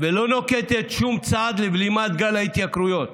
ולא נוקטת שום צעד לבלימת גל ההתייקרויות